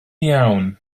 iawn